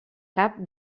cap